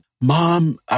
mom